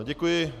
Děkuji.